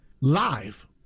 live